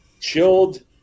chilled